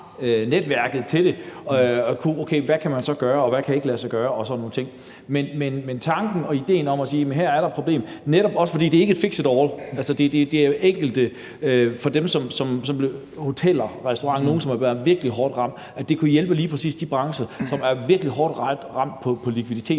netværket til det, kunne sige, hvad man kan gøre, og hvad der ikke kan lade sig gøre. Men tanken og idéen er at sige, at her er der et problem, og det er ikke et fix it all-forslag. Det gælder nogle enkelte, hoteller og restauranter, nogle, som har været virkelig hårdt ramt; det kunne hjælpe lige præcis de brancher, som er virkelig hårdt ramt på likviditeten.